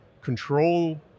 control